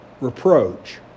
reproach